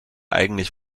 eigentlich